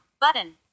button